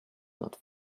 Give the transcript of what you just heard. not